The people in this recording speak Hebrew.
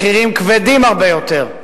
מחירים כבדים הרבה יותר.